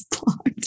blocked